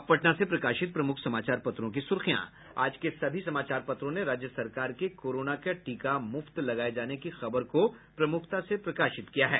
अब पटना से प्रकाशित प्रमुख समाचार पत्रों की सुर्खियां आज के सभी समाचार पत्रों ने राज्य सरकार के कोरोना के टीका मुफ्त लगाये जाने की खबर को प्रमुखता से प्रकाशित किया है